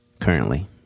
currently